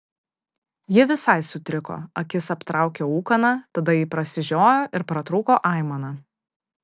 ji visai sutriko akis aptraukė ūkana tada ji prasižiojo ir pratrūko aimana